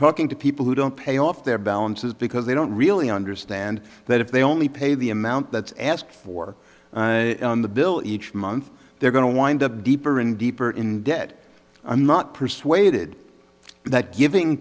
talking to people who don't pay off their balances because they don't really understand that if they only pay the amount that ask for the bill each month they're going to wind up deeper and deeper in debt i'm not persuaded that giving